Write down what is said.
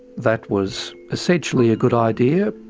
that was essentially a good idea.